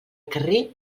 carrer